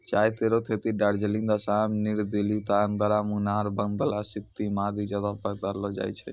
चाय केरो खेती दार्जिलिंग, आसाम, नीलगिरी, कांगड़ा, मुनार, बंगाल, सिक्किम आदि जगह पर करलो जाय छै